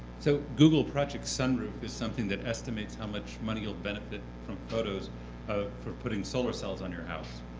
so google project sunroof is something that estimates how much money will benefit from photos for putting solar cells on your house.